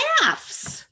laughs